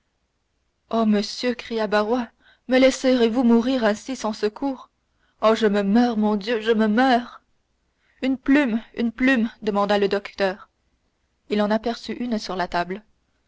oh monsieur criait barrois me laisserez-vous mourir ainsi sans secours oh je me meurs mon dieu je me meurs une plume une plume demanda le docteur il en aperçut une sur la table